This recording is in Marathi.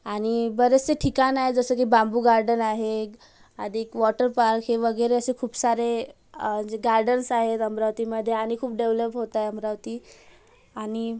आणि बरेचसे ठिकाण आहे जसं की बांबू गार्डन आहे आणि वॉटर पार्क हे वगैरे असे खूप सारे गार्डन्स आहेत अमरावतीमध्ये खूप डेवलप होतंय अमरावती आणि